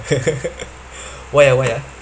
why ah why ah